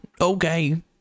okay